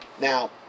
Now